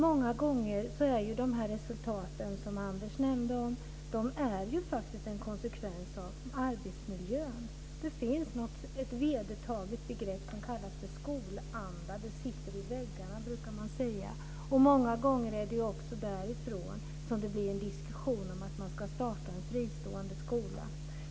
Många gånger är de resultat som Anders nämnde en konsekvens av arbetsmiljön. Det finns ett vedertaget begrepp som kallas för skolanda. Den sitter i väggarna, brukar man säga. Många gånger är det också utifrån denna det blir en diskussion om att starta en fristående skola.